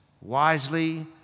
wisely